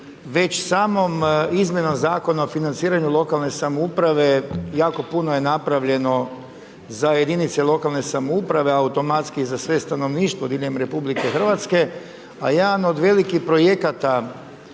Već samom izmjenom Zakona o financiranju lokalne samouprave, jako puno je napravljeno za jedinice lokalne samouprave, automatski, za sve stanovništvo diljem RH, a jedan od velikih projekata,